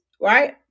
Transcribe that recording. right